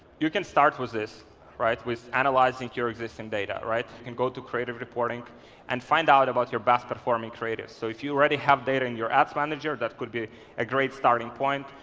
you can start with this right with analyzing your existing data right. you can go to creative reporting and find out about your best performing creatives. so if you already have data in your ads manager that could be a great starting point.